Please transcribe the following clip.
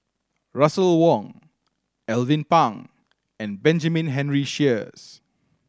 Russel Wong Alvin Pang and Benjamin Henry Sheares